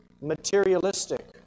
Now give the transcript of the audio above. materialistic